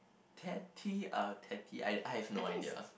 I have no idea